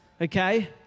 okay